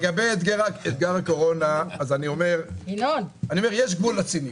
לגבי אתגר הקורונה אני אומר: יש גבול לציניות.